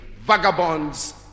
Vagabonds